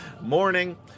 morning